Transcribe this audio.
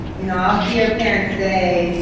you know, i'll hear parents say,